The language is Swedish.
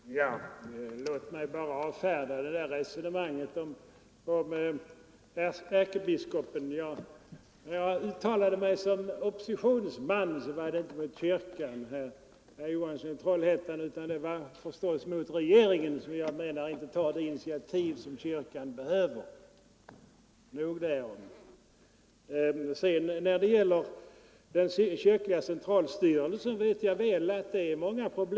Herr talman! Låt mig bara avfärda resonemanget om ärkebiskopen. Då jag uttalade mig som oppositionsman var det inte mot kyrkan, utan det var förstås mot regeringen vilken inte tar de initiativ som kyrkan Förhållandet behöver. Nog därom. mellan kyrka och Många problem är förenade med den kyrkliga centralstyrelsen.